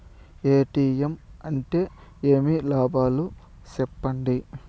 ATM అంటే ఏమి? వాటి లాభాలు సెప్పండి